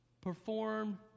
perform